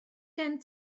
gen